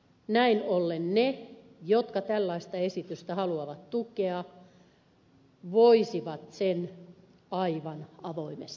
näin ollen ne jotka tällaista esitystä haluavat tukea voisivat sen aivan avoimesti tehdä